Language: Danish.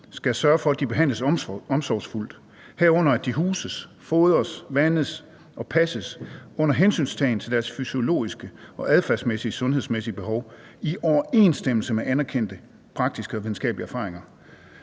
skal sørge for, at de behandles omsorgsfuldt, herunder at de huses, fodres, vandes og passes under hensyntagen til deres fysiologiske, adfærdsmæssige og sundhedsmæssige behov i overensstemmelse med anerkendte praktiske og videnskabelige erfaringer.«